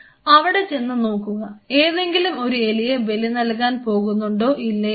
അവിടെ ചെന്ന് നോക്കുക ഏതെങ്കിലും ഒരു എലിയെ ബലി നൽകാൻ പോകുന്നുണ്ടോ ഇല്ലയോ എന്ന്